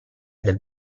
del